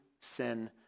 sin